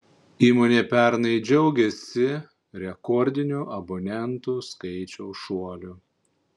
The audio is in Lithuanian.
įmonė pernai džiaugėsi rekordiniu abonentų skaičiaus šuoliu